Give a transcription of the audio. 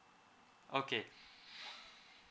okay